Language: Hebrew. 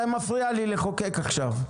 אתה מפריע לי לחוקק עכשיו.